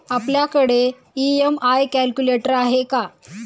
आपल्याकडे EMI calculator आहे का?